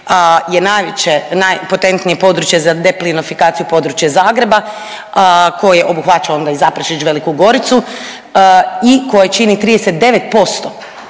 je najveće, najpotentnije područje za deplinifikaciju područje Zagreba koje obuhvaća onda i Zaprešić i Veliku Goricu i koji čini 39%,